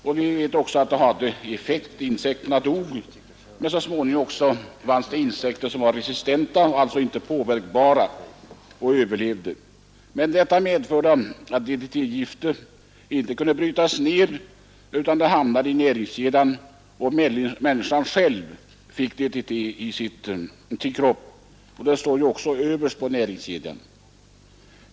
Det hade också effekt, men så småningom blev vissa insekter resistenta och alltså inte påverkbara. Det har sedermera upptäckts att giftet inte kan brytas ner, utan det har hamnat i näringskedjan och människan har på det sättet fått DDT i sin egen kropp. Människan står ju sist i näringskedjan.